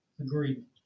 agreement